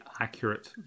accurate